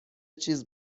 چیز